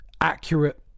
accurate